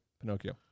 Pinocchio